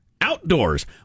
outdoors